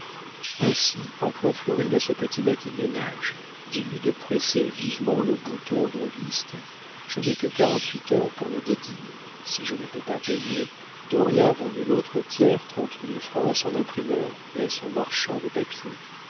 ainsi emploie florine à ce petit maquignonnage et dis-lui de presser vivement le bouton au droguiste je n'ai que quarante-huit heures pour me dédire si je ne peux pas payer dauriat a vendu l'autre tiers trente mille francs à son imprimeur et à son marchand de papier